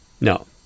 No